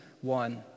One